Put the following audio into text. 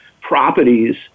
properties